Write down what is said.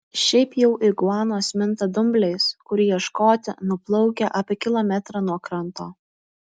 šiaip jau iguanos minta dumbliais kurių ieškoti nuplaukia apie kilometrą nuo kranto